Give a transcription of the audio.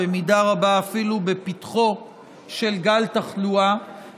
במידה רבה אפילו בפתחו של גל תחלואה,